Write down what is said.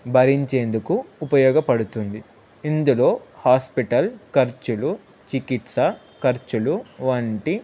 భరించేందుకు ఉపయోగపడుతుంది ఇందులో హాస్పిటల్ ఖర్చులు చికిత్స ఖర్చులు వంటి